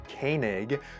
Koenig